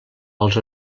els